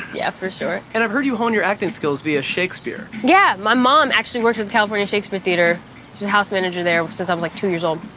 yeah, for sure. and i've heard you hone your acting skills via shakespeare. yeah, my mom actually worked at the california shakespeare theater, she's a house manager there since i was like two years old.